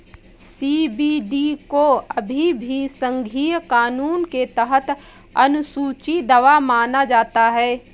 CBD को अभी भी संघीय कानून के तहत अनुसूची दवा माना जाता है